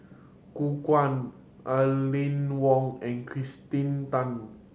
Gu Guan Aline Wong and Kirsten Tan